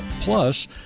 Plus